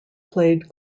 played